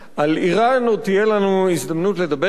על אירן עוד תהיה לנו הזדמנות לדבר היום,